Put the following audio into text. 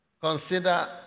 Consider